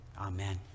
Amen